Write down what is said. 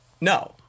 No